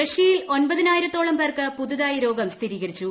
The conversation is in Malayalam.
റഷ്യയിൽ ഒൻപതിനായിരത്തോളം പേർക്ക് പുതുതായി രോഗം സ്ഥിരീകരിച്ചു